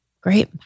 Great